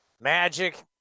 Magic